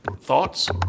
thoughts